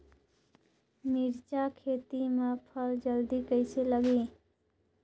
मिरचा खेती मां फल जल्दी कइसे लगही?